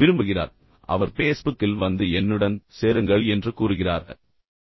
விரும்புகிறார் பின்னர் அவர் பேஸ்புக்கில் வந்து என்னுடன் சேருங்கள் என்று கூறுகிறார் நாம் ஒரு உரையாடலுக்கு செல்வோம்